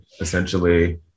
essentially